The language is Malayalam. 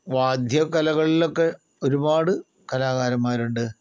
വാദ്യകലകളിലൊക്കെ ഒരുപാട് കലാകാരന്മാരുണ്ട്